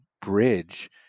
bridge